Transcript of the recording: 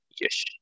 Yes